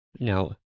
Now